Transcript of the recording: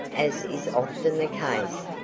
as is often the case,